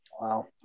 Wow